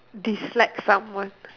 dislike someone